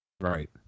Right